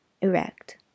erect